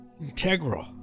Integral